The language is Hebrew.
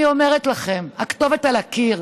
אני אומרת לכם, הכתובת על הקיר.